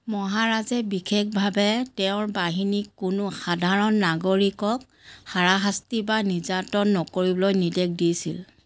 মহাৰাজে বিশেখভাৱে তেওঁৰ বাহিনীক কোনো সাধাৰণ নাগৰিকক হাৰাশাস্তি বা নিৰ্যাতন নকৰিবলৈ নিৰ্দেশ দিছিল